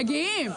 מגיעים.